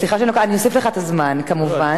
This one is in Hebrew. סליחה שאני לוקחת, אני אוסיף לך כמובן את הזמן.